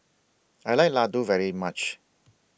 I like Laddu very much